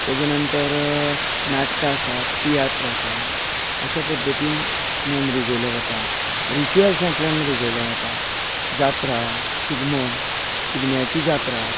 तेजे नंतर नाटकां आसात तियात्र आसा अशें पध्दतीन मन रिजयले वता रिचूल्सांतल्यान रिजयले वता जात्रा शिगमो शिगम्याची जात्रा